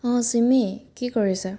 অঁ চিমি কি কৰিছা